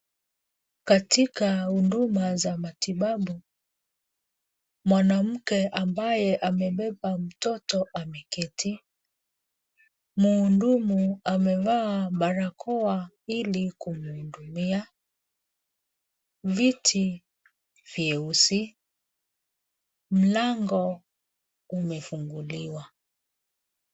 Katika huduma za matibabu mwanamke ambaye amebeba mtoto ameketi. Mhudumu amevaa barakoa ili kumhudumia. Viti vyeusi, mlango umefunguliwa.